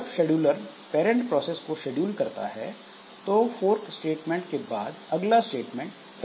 जब scheduler parent process को schedule करता है तो फोर्क स्टेटमेंट के बाद अगला स्टेटमेंट प्रिंट इफ है